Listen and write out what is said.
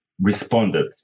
responded